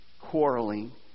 quarreling